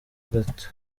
gato